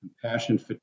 compassion